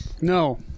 No